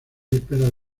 vísperas